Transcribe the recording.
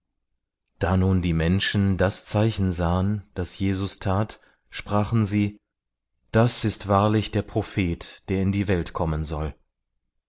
da nun die menschen das zeichen sahen das jesus tat sprachen sie das ist wahrlich der prophet der in die welt kommen soll